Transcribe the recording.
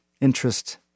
interest